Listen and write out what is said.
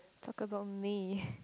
talk about me